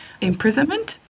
imprisonment